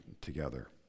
together